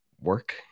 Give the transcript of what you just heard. work